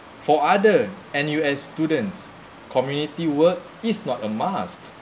for other N_U_S students community work it's not a must